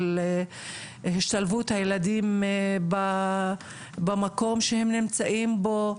של השתלבות הילדים במקום שהם נמצאים פה,